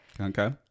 Okay